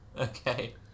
Okay